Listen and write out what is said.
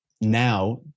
now